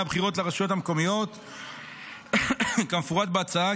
הבחירות לרשויות המקומיות כמפורט בהצעה,